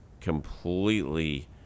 completely